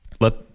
let